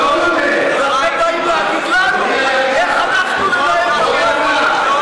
ואתם באים להגיד לנו איך אנחנו ננהל את הפריימריז.